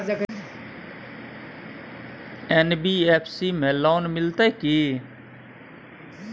NBFC में loan मिलते की?